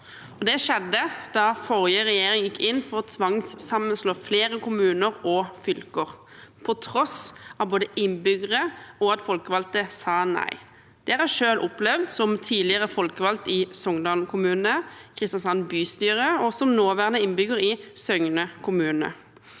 Det skjedde da forrige regjering gikk inn for å tvangssammenslå flere kommuner og fylker – på tross av at både innbyggere og folkevalgte sa nei. Det har jeg selv opplevd som tidligere folkevalgt i Songdalen kommune og i Kristiansand bystyre og som nåværende innbygger i Søgne kommune.